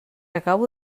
acabo